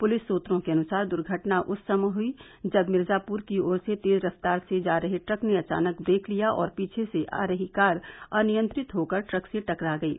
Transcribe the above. police सुत्रों के अनुसार दुर्घटना उस समय हयी जब मिर्जापुर की और से तेज रफ्तार से जा रहे ट्रक ने अचानक ब्रेक लिया और पीछे से आ रही कार अनियंत्रित होकर ट्रक से टकरा गयी